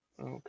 Okay